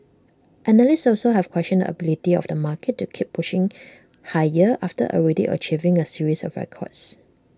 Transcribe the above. analysts also have questioned the ability of the market to keep pushing higher after already achieving A series of records